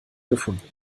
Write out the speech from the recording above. gefunden